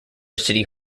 city